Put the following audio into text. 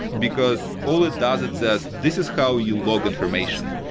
because all it does, it says, this is how you log information.